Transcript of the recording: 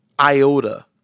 iota